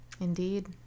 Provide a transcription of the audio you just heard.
Indeed